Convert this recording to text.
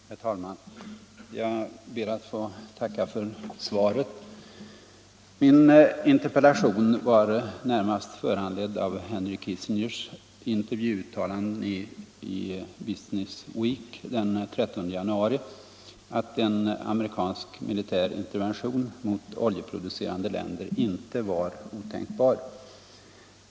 Herr talman! Jag ber att få tacka för svaret. Min interpellation var närmast föranledd av Henry Kissingers intervjuuttalande i Business Week den 13 januari att en amerikansk militär intervention mot oljeproducerande länder inte var otänkbar.